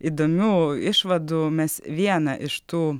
įdomių išvadų mes vieną iš tų